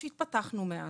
עיכוב התפתחותי,